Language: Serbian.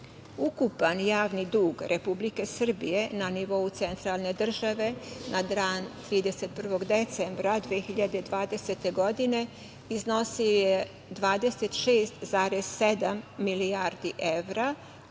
dinara. Ukupan javni dug Republike Srbije na nivou centralne države na dan 31. decembra 2020. godine iznosio je 26,7 milijardi evra,